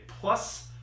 plus